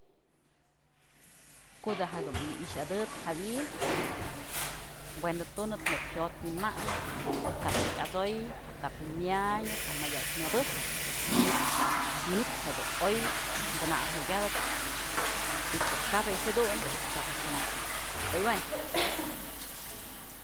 Ko'o da'a jedun na'a i'ixëdëp jawi'in kuëdë tunëp neyb jyot wi'in mandyë pë kap yat'soy pë kap myanyë pë mëdyak mëbëjpë manytë, manytë jedun oy t'sanap jukyatëp y pë kap je jyëdunë pues kap je'e t'sana dun yoyëwayn.